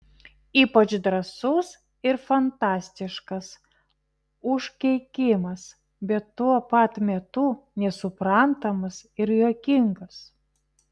ypač drąsus ir fantastiškas užkeikimas bet tuo pat metu nesuprantamas ir juokingas